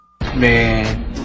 Man